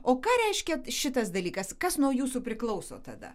o ką reiškia šitas dalykas kas nuo jūsų priklauso tada